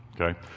Okay